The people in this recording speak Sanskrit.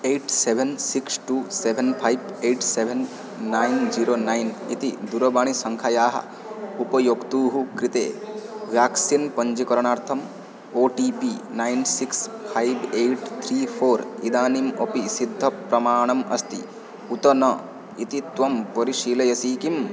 eight seven six two seven five eight seven nine zero nine इति दूरवाणीसङ्ख्यायाः उपयोक्तुः कृते व्याक्सिन् पञ्जीकरणार्थम् O T P nine six five eight three four इदानीम् अपि सिद्धप्रमाणम् अस्ति उत न इति त्वं परिशीलयसि किम्